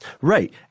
Right